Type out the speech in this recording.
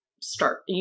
start